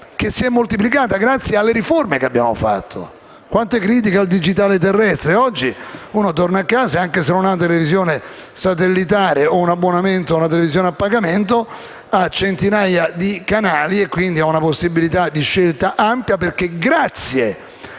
che si è moltiplicata grazie alle riforme che abbiamo fatto. Quante critiche al digitale terrestre e oggi, anche se uno non ha la televisione satellitare o un abbonamento alla televisione a pagamento, ha a disposizione centinaia di canali e ha una possibilità di scelta ampia perché, grazie